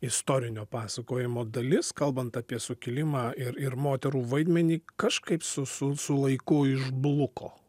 istorinio pasakojimo dalis kalbant apie sukilimą ir ir moterų vaidmenį kažkaip su su su laiku išbluko